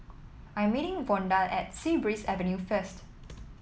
I'm meeting Vonda at Sea Breeze Avenue first